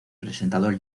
presentador